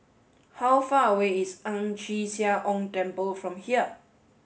how far away is Ang Chee Sia Ong Temple from here